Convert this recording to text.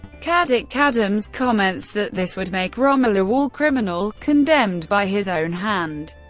caddick-adams comments that this would make rommel a war criminal condemned by his own hand,